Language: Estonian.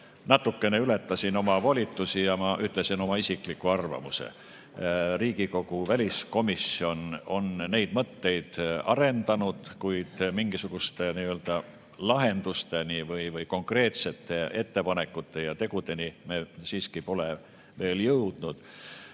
natukene ületasin oma volitusi ja ütlesin oma isikliku arvamuse. Riigikogu väliskomisjon on neid mõtteid arendanud, kuid mingisuguste lahenduste või konkreetsete ettepanekute ja tegudeni me siiski pole veel jõudnud. Mis